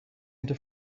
into